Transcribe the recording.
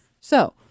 So-